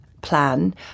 plan